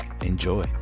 Enjoy